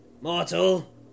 mortal